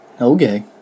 Okay